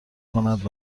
کند